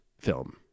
film